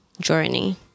journey